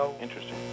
Interesting